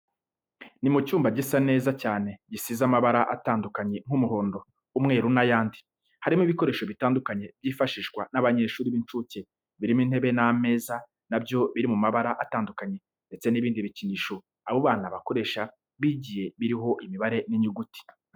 Ni mu cyumba gisa neza cyane gisize amabara atandukanye nk'umuhondo, umweru n'ayandi. Harimo ibikoresho bitandukanye byifashishwa n'abanyeshuri b'incuke, birimo intebe n'amaze na byo biri mu mabara atanduanye ndetse n'ibindi bikinisho abo bana bakoresha bigiye biriho imibare n'inyuguti.